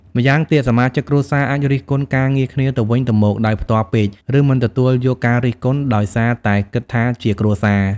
ម្យ៉ាងទៀត សមាជិកគ្រួសារអាចរិះគន់ការងារគ្នាទៅវិញទៅមកដោយផ្ទាល់ពេក ឬមិនទទួលយកការរិះគន់ ដោយសារតែគិតថាជាគ្រួសារ។